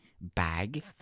Bag